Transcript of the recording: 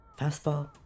fastball